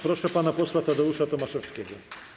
Proszę pana posła Tadeusza Tomaszewskiego.